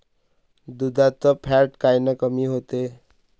दुधाचं फॅट कायनं कमी होते?